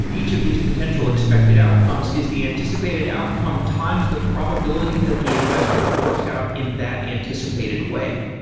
each of these potential expected outcomes is the anticipated outcome times the probability that the investment works out in that anticipated way.